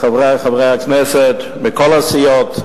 חברי חברי הכנסת מכל הסיעות,